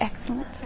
excellent